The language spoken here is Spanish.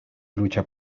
lucha